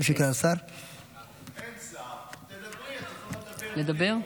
אין שר, תדברי, לדבר?